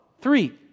Three